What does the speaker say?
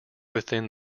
within